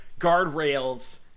guardrails